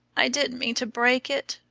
i didn't mean to break it,